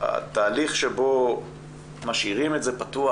התהליך שבו משאירים את זה פתוח,